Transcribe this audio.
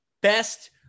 best